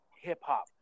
hip-hop